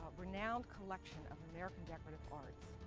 renowned collection of american decorative arts.